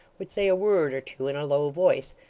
would say a word or two in a low voice,